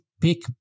pick